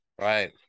Right